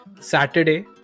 Saturday